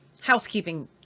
housekeeping